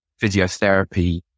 physiotherapy